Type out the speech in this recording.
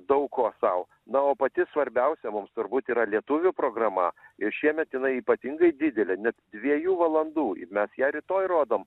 daug ko sau na o pati svarbiausia mums turbūt yra lietuvių programa ir šiemet jinai ypatingai didelė net dviejų valandų mes ją rytoj rodom